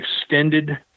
extended